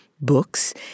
books